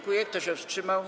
Kto się wstrzymał?